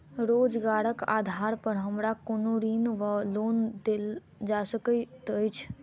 रोजगारक आधार पर हमरा कोनो ऋण वा लोन देल जा सकैत अछि?